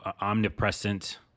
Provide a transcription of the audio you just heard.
omnipresent